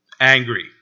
angry